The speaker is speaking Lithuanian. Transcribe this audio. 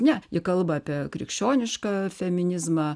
ne ji kalba apie krikščionišką feminizmą